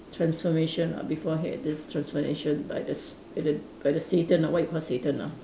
transformation ah before he had this transformation by the s~ by the by the Satan ah what we call Satan lah